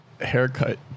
haircut